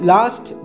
Last